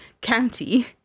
County